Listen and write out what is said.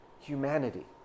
humanity